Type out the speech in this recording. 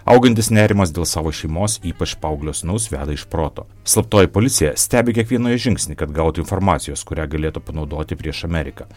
augantis nerimas dėl savo šeimos ypač paauglio sūnaus veda iš proto slaptoji policija stebi kiekvieną jos žingsnį kad gautų informacijos kurią galėtų panaudoti prieš ameriką